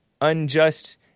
unjust